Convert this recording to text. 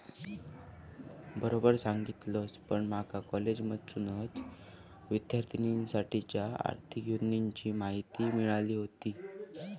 बरोबर सांगलस, पण माका कॉलेजमधसूनच विद्यार्थिनींसाठीच्या आर्थिक योजनांची माहिती मिळाली व्हती